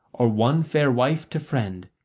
or one fair wife to friend,